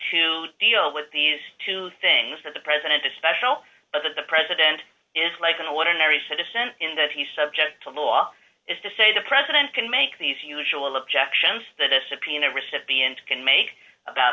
to deal with these two things that the president is special of the president is like an ordinary citizen in that he subject a law is to say the president can make these usual objections that a subpoena recipients can make about